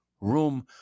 room